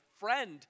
friend